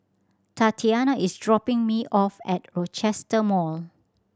Tatianna is dropping me off at Rochester Mall